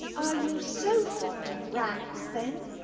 are you so fond of rats then?